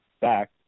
back